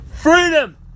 Freedom